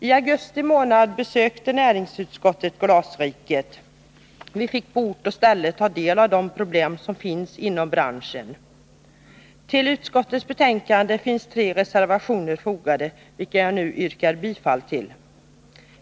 T augusti månad besökte näringsutskottet ”glasriket” , och vi fick på ort och ställe ta del av de problem som finns inom branschen. Vid utskottets betänkande har fogats tre reservationer, vilka jag nu yrkar bifall till.